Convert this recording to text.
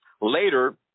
later